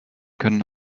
können